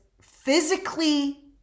physically